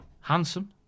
Handsome